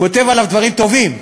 כותב עליו דברים טובים.